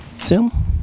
Zoom